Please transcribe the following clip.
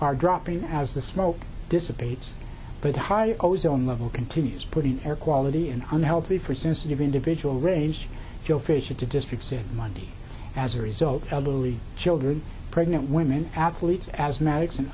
are dropping as the smoke dissipates but harder ozone level continues putting air quality and unhealthy for sensitive individual range fish into district said monday as a result elderly children pregnant women athletes as medics and